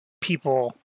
people